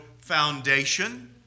Foundation